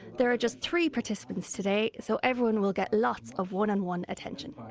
there are just three participants today so everyone will get lots of one on one attention